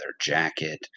jacket